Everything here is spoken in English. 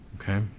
Okay